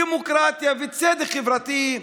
דמוקרטיה וצדק חברתי,